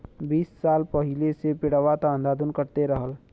बीस साल पहिले से पेड़वा त अंधाधुन कटते रहल